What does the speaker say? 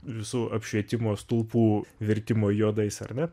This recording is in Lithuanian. visų apšvietimo stulpų virtimo juodais ar ne